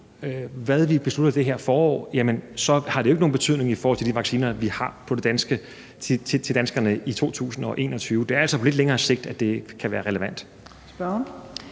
hvad vi beslutter i det her forår, har det jo ikke nogen betydning i forhold til de vacciner, vi har til danskerne i 2021. Det er altså på lidt længere sigt, at det kan være relevant.